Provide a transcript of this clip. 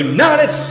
United